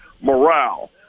morale